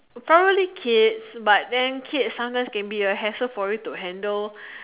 probably kids but then kids sometimes can be a hassle for you to handle